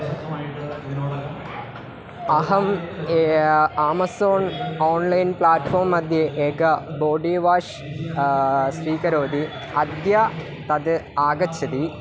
अहम् Amazon online platform मध्ये एकं बोडि वाश् स्वीकरोति अद्य तत् आगच्छति